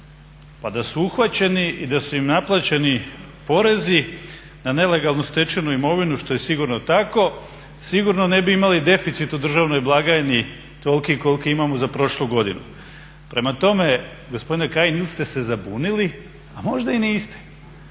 Pa da su uhvaćeni i da su im naplaćeni porezi na nelegalno stečenu imovinu što je sigurno tako, sigurno ne bi imali deficit u državnoj blagajni toliki koliki imamo za prošlu godinu. Prema tome gospodine Kajin ili ste se zabunili a možda i niste